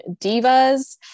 Divas